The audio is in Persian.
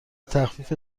تخفیف